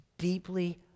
deeply